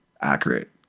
accurate